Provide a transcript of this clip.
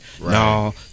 no